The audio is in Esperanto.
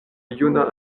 juna